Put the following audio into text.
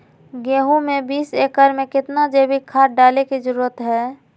गेंहू में बीस एकर में कितना जैविक खाद डाले के जरूरत है?